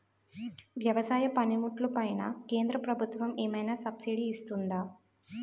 వ్యవసాయ పనిముట్లు పైన కేంద్రప్రభుత్వం ఏమైనా సబ్సిడీ ఇస్తుందా?